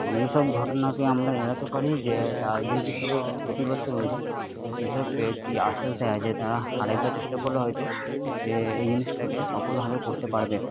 এবং এইসব ঘটনাকে আমরা এড়াতে পারি যে তারা যেহেতু সবে ক্ষতিগ্রস্থ হয়েছে সেই কৃষককে একটি আশ্বাস দেয় যে তারা আর একবার চেষ্টা করলে হয়তো সে এই জিনিসটাকে সফলভাবে করতে পারবে